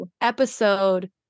episode